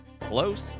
close